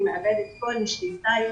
היא מאבדת כל שליטה.